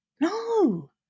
No